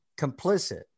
complicit